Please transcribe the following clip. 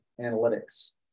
analytics